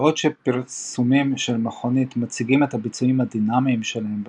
בעוד שפרסומים של מכוניות מציגים את הביצועים הדינמיים שלהם במסלולים,